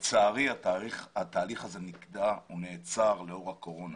לצערי התהליך הזה נגדע, הוא נעצר לאור הקורונה